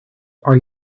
are